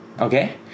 Okay